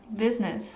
business